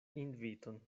inviton